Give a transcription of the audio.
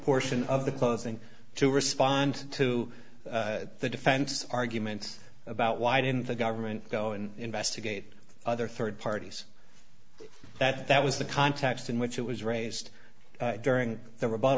portion of the closing to respond to the defense arguments about why didn't the government go and investigate other third parties that that was the context in which it was raised during the r